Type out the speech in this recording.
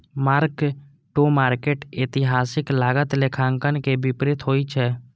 mark to market एतिहासिक लागत लेखांकन के विपरीत होइ छै